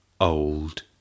old